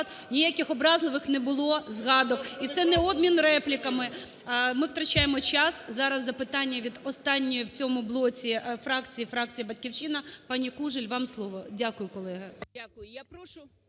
Ніяких образливих не було згадок. І це не обмін репліками. Ми втрачаємо час. Зараз запитання від останньої в цьому блоці фракції, фракція "Батьківщина". Пані Кужель, вам слово. Дякую, колеги.